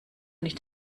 nicht